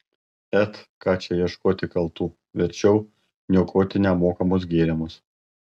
et ką čia ieškoti kaltų verčiau niokoti nemokamus gėrimus